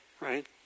right